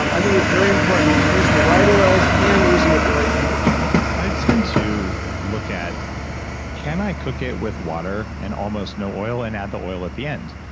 um i think it's very important use the right oils and use them at the right temperature and i tend to look at can i cook it with water and almost no oil and add the oil at the end?